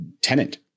tenant